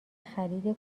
خرید